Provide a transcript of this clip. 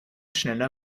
schneller